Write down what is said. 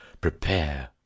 prepare